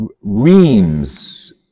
reams